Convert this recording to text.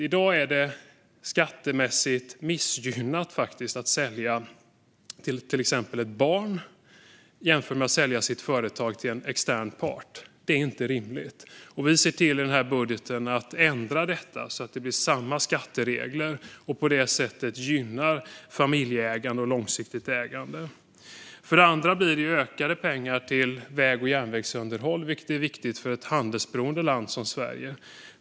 I dag är det skattemässigt missgynnat att sälja till sitt barn jämfört med att sälja sitt företag till en extern part. Det är inte rimligt. I den här budgeten ser vi till att ändra på detta så att det blir samma skatteregler som gäller. På det sättet gynnar man familjeägande och långsiktigt ägande. För det andra blir det ökade pengar till väg och järnvägsunderhåll, vilket är viktigt för ett handelsberoende land som Sverige.